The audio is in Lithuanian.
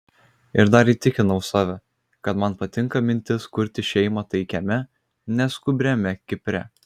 ir dar įtikinau save kad man patinka mintis kurti šeimą taikiame neskubriame kipre